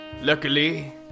Luckily